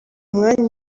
umwanya